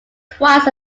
requires